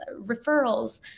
referrals